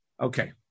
Okay